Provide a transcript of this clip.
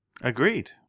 Agreed